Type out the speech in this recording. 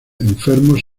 enfermos